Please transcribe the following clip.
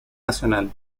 nacional